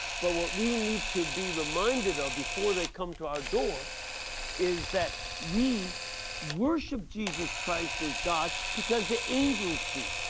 but what we need to be reminded of before they come to our door is that we worship jesus christ as god because the angels do.